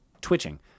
twitching